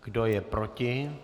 Kdo je proti?